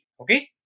okay